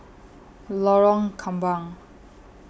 Lorong Kembang